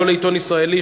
לא לעיתון ישראלי,